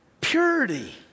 Purity